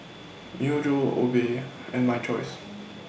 Myojo Obey and My Choice